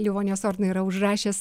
livonijos ordiną yra užrašęs